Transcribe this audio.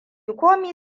komai